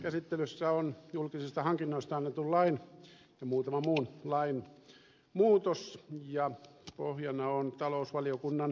käsittelyssä on julkisista hankinnoista annetun lain ja muutaman muun lain muutos ja pohjana on talousvaliokunnan yksimielinen mietintö